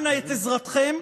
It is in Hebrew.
אנא, עזרתכם.